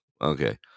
okay